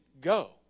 go